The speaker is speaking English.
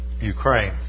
Ukraine